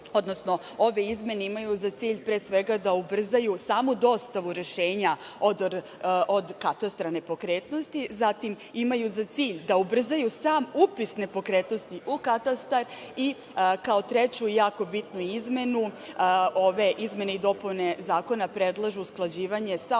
izmene. Ove izmene imaju za cilj, pre svega, da ubrzaju samu dostavu rešenja od katastra nepokretnosti. Zatim, imaju za cilj da ubrzaju sam upis nepokretnosti u katastar. Treća i jako bitna izmena, ove izmene i dopune Zakona predlažu usklađivanje sa